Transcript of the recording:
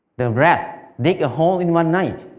the and rats dig a hole in one night.